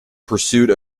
pursued